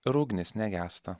ir ugnis negęsta